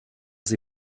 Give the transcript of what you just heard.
sie